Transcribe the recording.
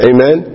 Amen